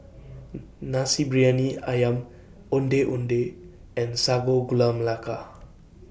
Nasi Briyani Ayam Ondeh Ondeh and Sago Gula Melaka